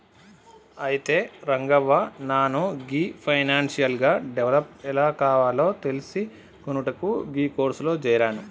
అయితే రంగవ్వ నాను గీ ఫైనాన్షియల్ గా డెవలప్ ఎలా కావాలో తెలిసికొనుటకు గీ కోర్సులో జేరాను